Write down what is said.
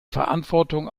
verantwortung